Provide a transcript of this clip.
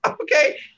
Okay